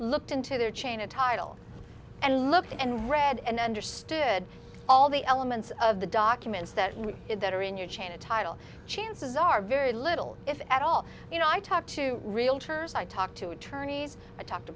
looked into their chain of title and looked and read and understood all the elements of the documents that we did that are in your chain a title chances are very little if at all you know i talk to realtors i talk to attorneys i talk to